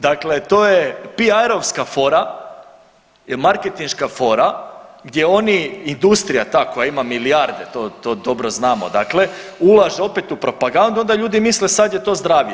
Dakle, to je PR-ovska fora, je marketinška fora gdje oni industrija ta koja ima milijarde to, to dobro znamo dakle ulaže opet u propagandu onda ljudi misle sad je to zdravije.